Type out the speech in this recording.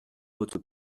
votre